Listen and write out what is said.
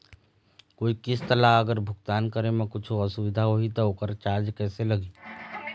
कोई किस्त ला अगर भुगतान करे म कुछू असुविधा होही त ओकर चार्ज कैसे लगी?